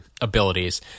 abilities